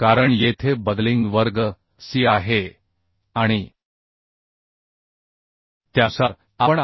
कारण येथे बकलिंग वर्ग सी आहे आणि त्यानुसार आपण आय